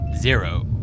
Zero